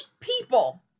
people